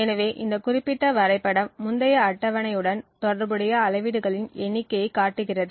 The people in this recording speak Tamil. எனவே இந்த குறிப்பிட்ட வரைபடம் முந்தைய அட்டவணை உடன் தொடர்புடைய அளவீடுகளின் எண்ணிக்கையைக் காட்டுகிறது